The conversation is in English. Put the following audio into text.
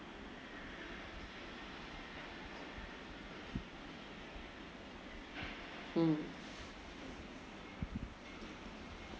mm